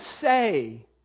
say